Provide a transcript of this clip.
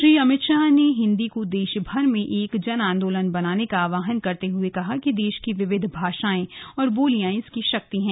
श्री अमित शाह ने हिन्दी को देश भर में एक जन आंदोलन बनाने का आह्वान करते हुए कहा कि देश की विविध भाषाएं और बोलियां इसकी शक्ति हैं